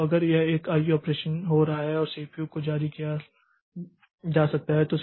तो अगर यह एक आईओ ऑपरेशन हो रहा है तो सीपीयू को जारी किया जा सकता है